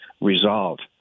resolved